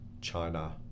China